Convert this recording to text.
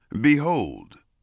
Behold